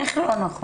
איך זה לא נכון?